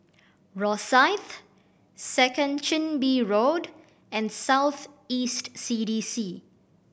Rosyth Second Chin Bee Road and South East C D C